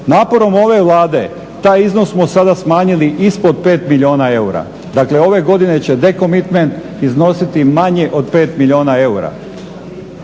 Naporom ove Vlade taj iznos smo sada smanjili ispod 5 milijuna eura, dakle ove godine će dekomitment iznositi manje od 5 milijuna eura,